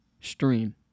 stream